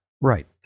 Right